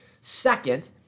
Second